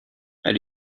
elle